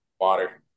water